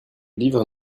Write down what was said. livre